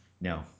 no